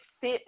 fit